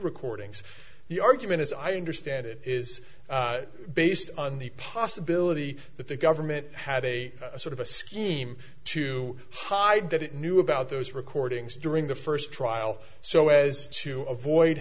recordings the argument as i understand it is based on the possibility that the government had a sort of a scheme to hide that it knew about those recordings during the first trial so as to avoid